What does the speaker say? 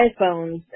iPhones